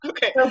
Okay